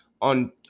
on